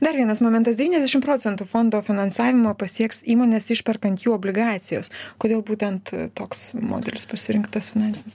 dar vienas momentas devyniasdešim procentų fondo finansavimo pasieks įmones išperkant jų obligacijas kodėl būtent toks modelis pasirinktas finansinis